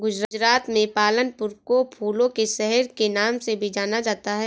गुजरात के पालनपुर को फूलों के शहर के नाम से भी जाना जाता है